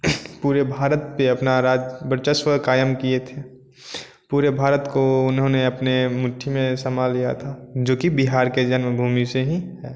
पूरे भारत पर अपना राज्य वर्चस्व कायम किए थे पूरे भारत को उन्होंने अपने मुट्ठी में समा लिया था जो कि बिहार के जन्मभूमि से ही है